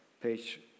page